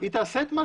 היא תעשה את מה